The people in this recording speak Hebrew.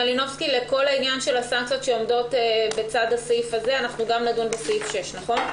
לכל העניין של הסנקציות שעומדות בצד הסעיף הזה גם נדון בסעיף 6. נכון?